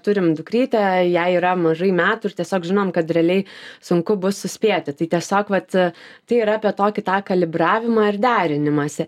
turim dukrytę jai yra mažai metų ir tiesiog žinom kad realiai sunku bus suspėti tai tiesiog vat tai yra apie tokį tą kalibravimą ir derinimąsi